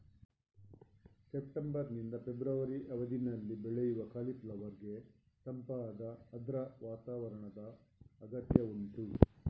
September ನಿಂದ February ಅವಧಿನಲ್ಲಿ ಬೆಳೆಯುವ ಕಾಲಿಫ್ಲವರ್ ಗೆ ತಂಪಾದ ಆರ್ದ್ರ ವಾತಾವರಣದ ಅಗತ್ಯ ಉಂಟು